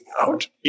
out